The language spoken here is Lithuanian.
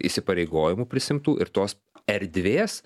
įsipareigojimų prisiimtų ir tos erdvės